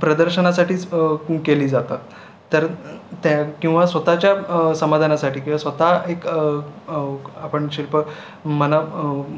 प्रदर्शनासाठीच कु केली जातात तर त्या किंवा स्वतःच्या समाधानासाठी किंवा स्वतः एक आपण शिल्प मना